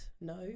no